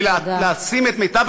ולשים את מיטב,